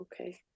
okay